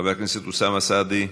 חבר הכנסת אוסאמה סעדי,